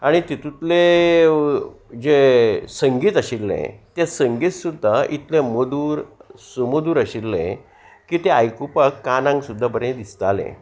आनी तितूतले जे संगीत आशिल्लें ते संगीत सुद्दा इतलें मदूर समदूर आशिल्लें की तें आयकुपाक कानाक सुद्दा बरें दिसतालें